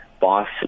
boss